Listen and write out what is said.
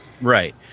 Right